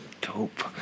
Dope